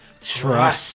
trust